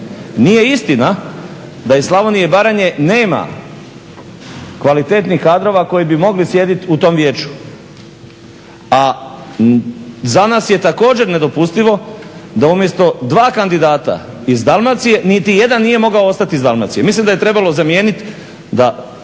Nije istina da iz Slavonije i Baranje nema kvalitetnih kadrova koji bi mogli sjedit u tom Vijeću. A za nas je također nedopustivo da umjesto 2 kandidata iz Dalmacije, niti jedan nije mogao ostati iz Dalmacije, mislim da je trebalo zamijenit da